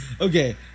Okay